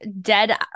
dead